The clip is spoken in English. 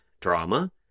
drama